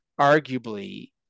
arguably